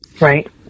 Right